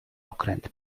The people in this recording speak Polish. okręt